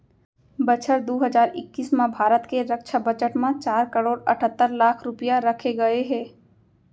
बछर दू हजार इक्कीस म भारत के रक्छा बजट म चार करोड़ अठत्तर लाख रूपया रखे गए हे